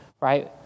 right